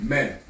Men